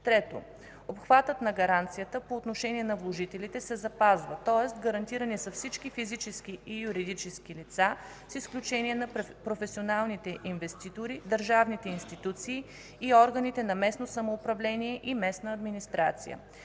Трето, обхватът на гаранцията по отношение на вложителите се запазва, тоест гарантирани са всички физически и юридически лица, с изключение на професионалните инвеститори, държавните институции и органите на местно самоуправление и местна администрация.